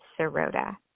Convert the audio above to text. Sirota